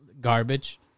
garbage